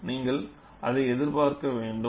நீங்கள் அதை எதிர்பார்க்க வேண்டும்